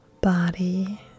body